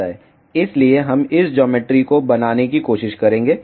इसलिए हम इस ज्योमेट्री को बनाने की कोशिश करेंगे